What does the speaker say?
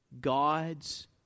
God's